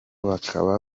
bakaba